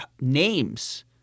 names